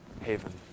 haven